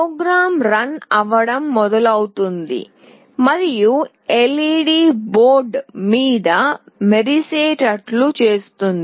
programme run అవ్వడం మొదలవుతుంది మరియు LED బోర్డు మీద మెరిసేటట్లు చేస్తుంది